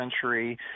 century